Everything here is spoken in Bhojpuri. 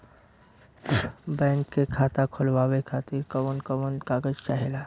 बैंक मे खाता खोलवावे खातिर कवन कवन कागज चाहेला?